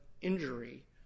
injury